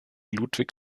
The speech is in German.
ludwig